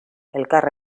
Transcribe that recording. elkar